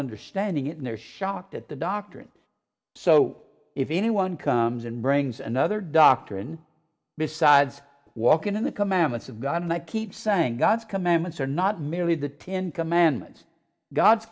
understanding it and they're shocked at the doctrine so if anyone comes and brings another doctrine besides walking in the commandments of god and i keep saying god's commandments are not merely the ten commandments god's